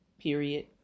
period